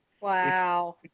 Wow